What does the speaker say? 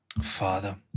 Father